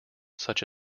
such